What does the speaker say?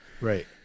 Right